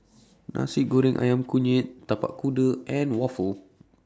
Nasi Goreng Ayam Kunyit Tapak Kuda and Waffle